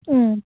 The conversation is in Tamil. ம்